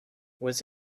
was